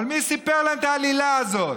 אבל מי סיפר להם את העלילה הזאת?